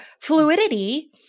fluidity